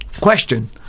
question